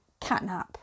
catnap